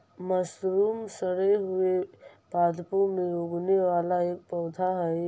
mushroom सड़े हुए पादपों में उगने वाला एक पौधा हई